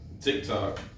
TikTok